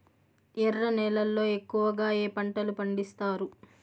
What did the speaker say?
ఎర్ర నేలల్లో ఎక్కువగా ఏ పంటలు పండిస్తారు